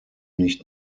nicht